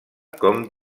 com